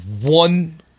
one